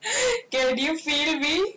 girl do you feel me